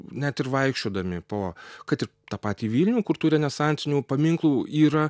net ir vaikščiodami po kad ir tą patį vilnių kur tų renesansinių paminklų yra